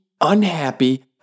unhappy